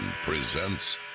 presents